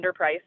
underpriced